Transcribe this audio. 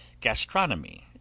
gastronomy